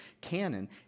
Canon